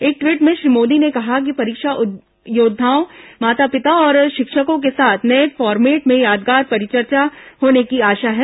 एक ट्वीट में श्री मोदी ने कहा कि परीक्षा योद्वाओं माता पिता और शिक्षकों के साथ नये फॉरमेट में यादगार परिचर्चा होने की आशा है